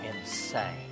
insane